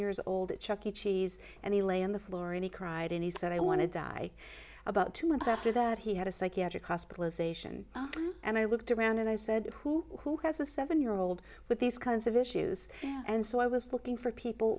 years old at chucky cheese and he lay on the floor and he cried and he said i want to die about two months after that he had a psychiatric hospitalization and i looked around and i said who who has a seven year old with these kinds of issues and so i was looking for people